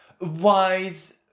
wise